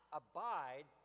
abide